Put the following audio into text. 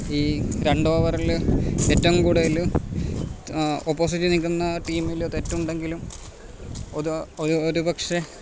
ഈ രണ്ടോവറില് ഏറ്റവും കൂടുതല് ഓപ്പോസിറ്റ് നിൽക്കുന്ന ടീമില് തെറ്റുണ്ടെങ്കിലും ഉദാ ഒര് ഒരുപക്ഷേ